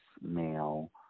male